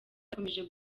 yakomeje